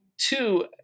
two